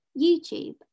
YouTube